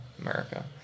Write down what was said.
America